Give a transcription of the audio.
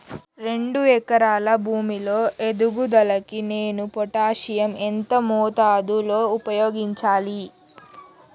రెండు ఎకరాల భూమి లో ఎదుగుదలకి నేను పొటాషియం ఎంత మోతాదు లో ఉపయోగించాలి?